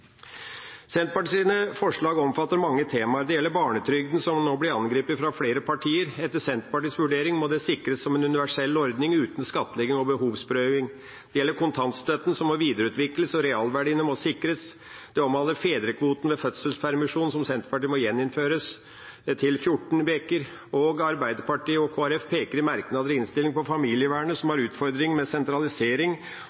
Senterpartiet støtter ikke forslag 1 i innstillinga. Vi støtter forslagene 11, 12, 13 og 15 fra SV. Vi støtter ikke SVs forslag 10 og 14. Senterpartiets forslag omfatter mange temaer. Det gjelder barnetrygden, som nå blir angrepet fra flere partier. Etter Senterpartiets vurdering må den sikres som en universell ordning, uten skattlegging og behovsprøving. Det gjelder kontantstøtten, som må videreutvikles og realverdiene må sikres. Det omhandler fedrekvoten ved fødselspermisjon, som Senterpartiet mener må gjeninnføres til